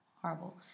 Horrible